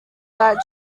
that